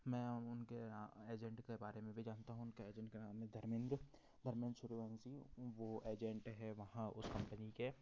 मैं उनके एजेंट के बारे में भी जानता हूँ उनके एजेंट के नाम है धर्मेंद्र धर्मेंद्र सूर्यवंशी वो एजेंट हैं वहाँ उस कंपनी के